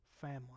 family